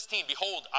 Behold